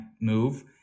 move